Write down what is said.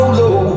low